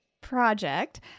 project